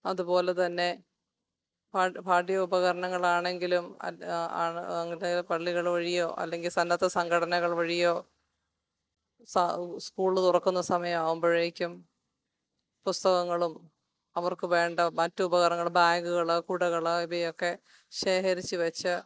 അതുപോലെ തന്നെ പാട്ട്യോപകരണങ്ങൾ ആണെങ്കിലും പള്ളികൾ വഴിയോ അല്ലെങ്കിൽ സന്നദ്ധ സംഘടനകൾ വഴിയോ സ്കൂൾ തുറക്കുന്ന സമയം ആകുമ്പോഴേക്കും പുസ്തകങ്ങളും അവർക്ക് വേണ്ട മറ്റ് ഉപകരണങ്ങളും ബാഗ്കൾ കുടകൾ ഇവയൊക്കെ ശേഖരിച്ചു വെച്ച്